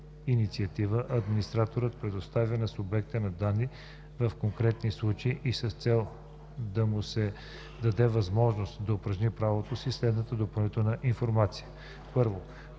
инициатива администраторът предоставя на субекта на данните, в конкретни случаи и с цел да му се даде възможност да упражни правата си, следната допълнителна информация: 1.